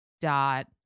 dot